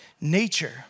nature